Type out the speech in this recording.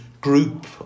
group